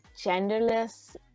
genderless